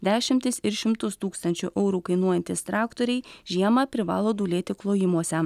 dešimtis ir šimtus tūkstančių eurų kainuojantys traktoriai žiemą privalo dūlėti klojimuose